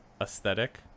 aesthetic